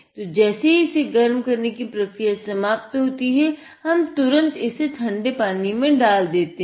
तो जैसे ही गर्म करने की प्रक्रिया समाप्त होती है हम तुरंत इसे ठन्डे पानी में डाल देते हैं